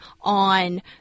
on